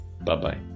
Bye-bye